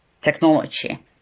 technology